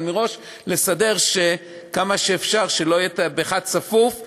אבל מראש לסדר כמה שאפשר שלא יהיה באחד צפוף ובאחד,